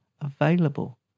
available